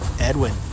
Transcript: Edwin